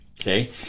okay